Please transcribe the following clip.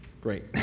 Great